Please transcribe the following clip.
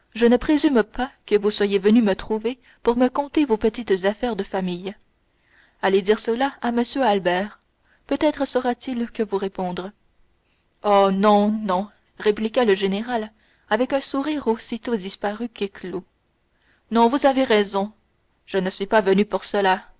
je ne présume pas que vous soyez venu me trouver pour me conter vos petites affaires de famille allez dire cela à m albert peut-être saura-t-il que vous répondre oh non non répliqua le général avec un sourire aussitôt disparu qu'éclos non vous avez raison je ne suis pas venu pour cela